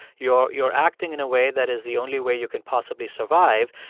you're you're acting in a way that is the only way you can possibly survive.